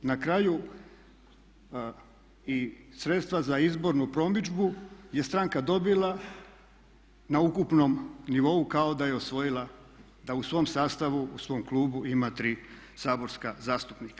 Na kraju i sredstva za izbornu promidžbu je stranka dobila na ukupnom nivou kao da je usvojila, da u svom sastavu, u svom klubu ima tri saborska zastupnika.